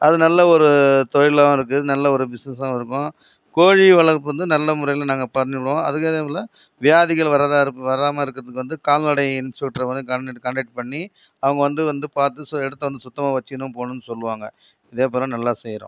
அது நல்ல ஒரு தொழிலாகவும் இருக்குது நல்ல ஒரு பிஸ்னஸ்சாகவும் இருக்கும் கோழி வளர்ப்பு வந்து நல்ல முறையில் நாங்கள் பண்ணுவோம் அதுக்காக இல்லை வியாதிகள் வரதா வராமல்யிருக்குறதுக்கு கால்நடை இன்ஸ்பெக்ட்டரை வந்து கான்டேக் கான்டெக்ட் பண்ணி அவங்க வந்து வந்து பார்த்து சோ இடத்த வந்து சுத்தமாக வச்சுக்கணும் போகணும்னு சொல்லுவாங்கள் அதேப்போல் நல்லா செய்கிறோம்